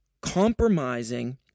Compromising